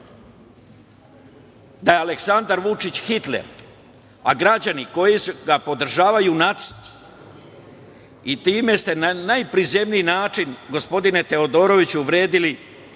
da je Aleksandar Vučić Hitler, a građani koji ga podržavaju nacisti i time ste na najprizemniji način, gospodine Teodoroviću, uvredili